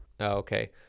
Okay